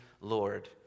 Lord